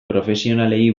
profesionalei